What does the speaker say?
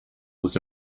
was